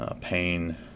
pain